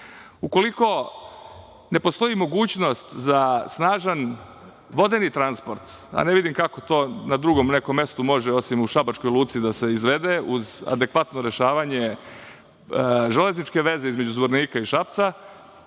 Balkanu. Ukoliko ne postoji mogućnost za snažan vodeni transport, a ne vidim kako to na drugom nekom mestu može osim u šabačkoj luci da se izvede uz adekvatno rešavanje železničke veze između Zvornika i Šapca,